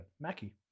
Mackie